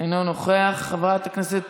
אינו נוכח, חברת הכנסת